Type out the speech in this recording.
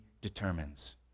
determines